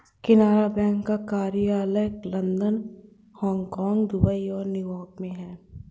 Canara bank का कार्यालय London Hong Kong Dubai और न्यू यॉर्क में है